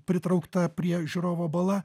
pritraukta prie žiūrovo bala